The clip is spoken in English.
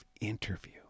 interview